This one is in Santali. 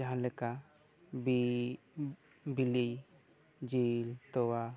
ᱡᱟᱦᱟᱸ ᱞᱮᱠᱟ ᱵᱤ ᱵᱤᱞᱤ ᱡᱤᱞ ᱛᱳᱣᱟ